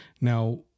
Now